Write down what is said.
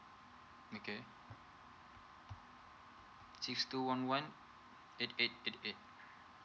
okay six two one one eight eight eight eight